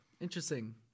Interesting